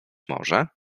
może